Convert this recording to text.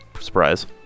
Surprise